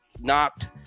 knocked